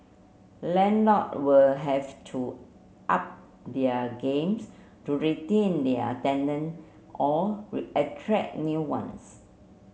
landlord will have to up their games to retain their tenant or attract new ones